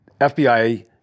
FBI